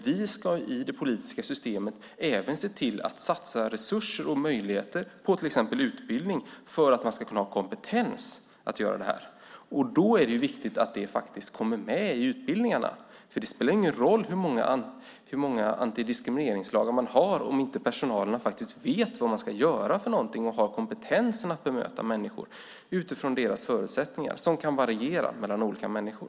Vi ska i det politiska systemet även se till att satsa resurser på till exempel utbildning för att man ska ha kompetens att göra det här. Det är viktigt att det kommer med i utbildningarna. Det spelar ingen roll hur många antidiskrimineringslagar man har om inte personalen vet vad den ska göra och har kompetensen att bemöta människor utifrån deras förutsättningar som kan variera mellan olika människor.